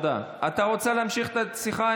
אתה רוצה להמשיך את השיחה?